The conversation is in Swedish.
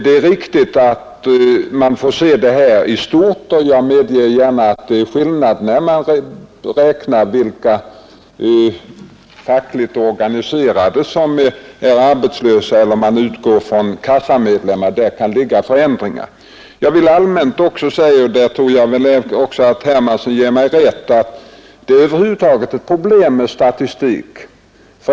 Det är också riktigt att man får se det här i stort, och jag medger gärna att det är skillnad, om man räknar vilka fackligt organiserade som är arbetslösa eller om man utgår från kassamedlemmar; där kan föreligga olikheter. Jag vill allmänt säga — och där tror jag att herr Hermansson ger mig rätt — att det över huvud taget är ett problem med statistik.